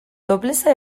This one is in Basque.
toplessa